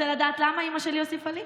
רוצה לדעת למה אימא שלי הוסיפה לי?